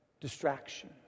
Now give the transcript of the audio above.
distraction